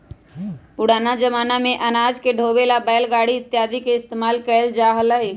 पुराना जमाना में अनाज के ढोवे ला बैलगाड़ी इत्यादि के इस्तेमाल कइल जा हलय